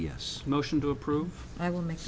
yes motion to approve i will make